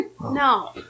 No